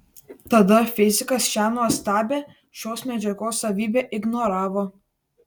tada fizikas šią nuostabią šios medžiagos savybę ignoravo